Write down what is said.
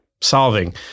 solving